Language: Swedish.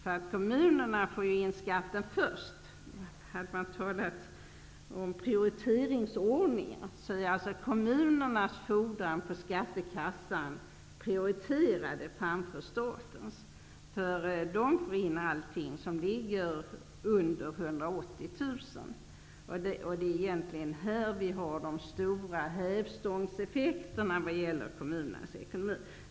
Kommunerna får ju in skatten först. Här kan man tala om en prioriteringsordning. Kommunernas fordran på skattekassan är prioriterad framför staten. Kommunerna får in skatt på alla inkomster under 180 000 kr. Det är egentligen här som de stora hävstångseffekterna uppkommer i kommunernas ekonomi.